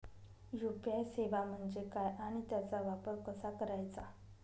UPI सेवा म्हणजे काय आणि त्याचा वापर कसा करायचा?